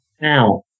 Now